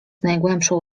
najgłębszą